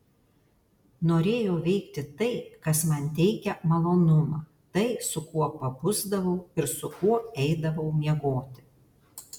norėjau veikti tai kas man teikia malonumą tai su kuo pabusdavau ir su kuo eidavau miegoti